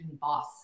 boss